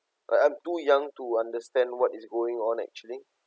like I'm too young to understand what is going on actually